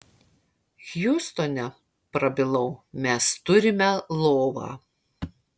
hjustone prabilau mes turime lovą